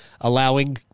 allowing